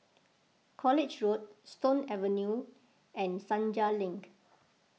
College Road Stone Avenue and Senja Link